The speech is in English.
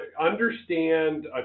understand